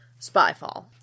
Spyfall